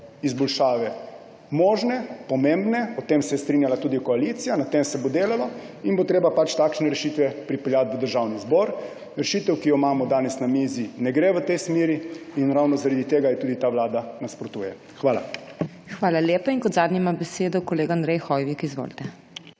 izboljšave možne, pomembne. O tem se je strinjala tudi koalicija. Na tem se bo delalo in bo treba takšne rešitve pripeljati v Državni zbor. Rešitev, ki jo imamo danes na mizi, ne gre v tej smeri in ravno zaradi tega ji tudi ta vlada nasprotuje. Hvala. PODPREDSEDNICA MAG. MEIRA HOT: Hvala lepa. Kot zadnji ima besedo kolega Andrej Hoivik. Izvolite.